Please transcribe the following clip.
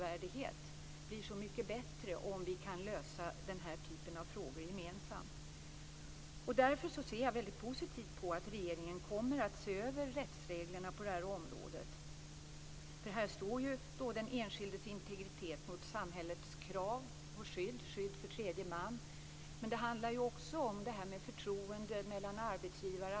Fru talman! Fortfarande känner jag mig så ny här att jag måste erkänna att jag är lite pirrig inför att stå här med ett statsråd.